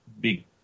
big